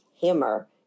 Hammer